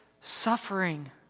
suffering